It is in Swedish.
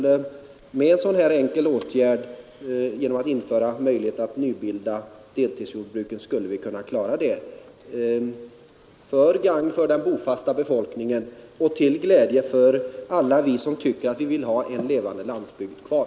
En sådan enkel åtgärd som att införa möjlighet att nybilda deltidsjordbruk skulle gagna den bofasta befolkningen och bli till glädje för oss alla som vill ha en levande landsbygd kvar.